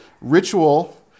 Ritual